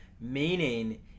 meaning